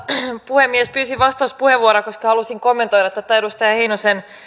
puhemies pyysin vastauspuheenvuoroa koska halusin kommentoida tätä edustaja heinosen